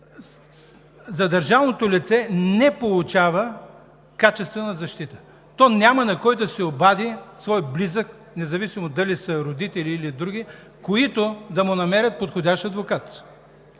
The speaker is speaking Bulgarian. задържаното лице не получава качествена защита. То няма на кого да се обади, независимо дали на свой близък, родители или други, които да му намерят подходящ адвокат.